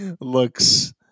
looks